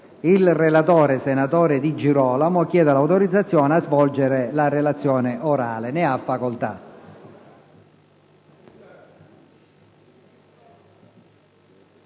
Il relatore, senatore Di Girolamo, ha chiesto l'autorizzazione a svolgere la relazione orale. Non facendosi